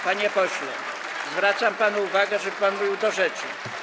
Panie pośle, zwracam panu uwagę, żeby pan mówił do rzeczy.